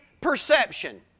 perception